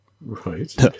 Right